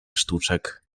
sztuczek